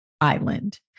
island